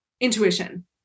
Intuition